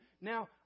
Now